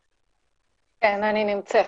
כן, אני נמצאת.